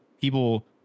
people